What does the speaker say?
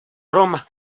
roma